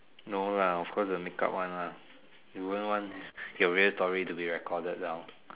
no lah of course the make-up one ah you won't want your real story to be recorded down